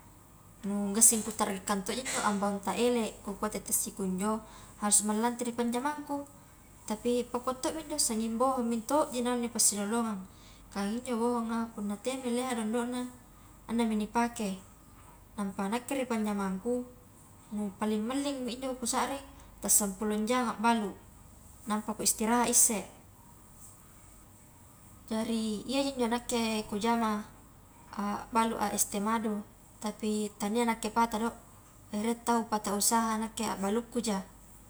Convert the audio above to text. Nu ambaung ta ele kukua tette sikunjo harusma lante ri panjamangku tapi pakua tommi injo sanging bohong minto ji naung nipassilalongang kah injo bohonga punna teaimi leha dondona annemi nipake, nampa nakke ri panjamangku paling mallingmi injo kusarring ta sampulong jam abbalu, nampa ku istirahat isse, jari iyaji njo nakke kujama a balua es teh madu, tapi tania nakke pata do, e rie tau pata usaha nakke abbalukkuja.